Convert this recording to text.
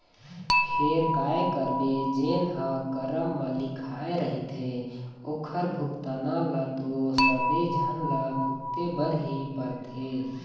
फेर काय करबे जेन ह करम म लिखाय रहिथे ओखर भुगतना ल तो सबे झन ल भुगते बर ही परथे